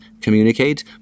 communicate